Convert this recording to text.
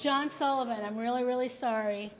john sullivan i'm really really sorry